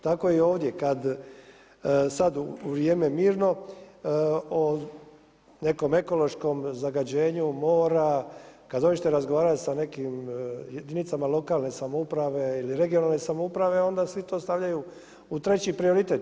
Tako i ovdje sada u vrijeme mirno o nekom ekološkom zagađenju mora, kada hoćete razgovarati sa nekim jedinicama lokalne samouprave ili regionalne samouprave onda svi to stavljaju u treći prioritet.